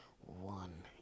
one